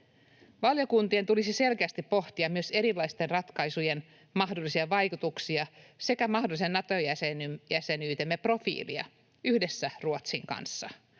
Valiokuntien tulisi selkeästi pohtia myös erilaisten ratkaisujen mahdollisia vaikutuksia sekä mahdollisen Nato-jäsenyytemme profiilia yhdessä Ruotsin kanssa.